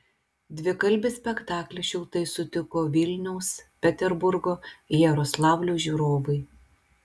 dvikalbį spektaklį šiltai sutiko vilniaus peterburgo jaroslavlio žiūrovai